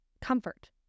comfort